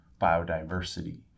biodiversity